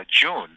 June